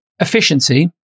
Efficiency